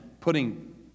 putting